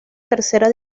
tercera